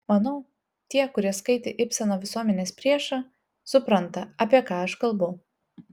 manau tie kurie skaitė ibseno visuomenės priešą supranta apie ką aš kalbu